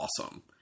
awesome